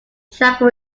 travel